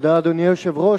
אדוני היושב-ראש,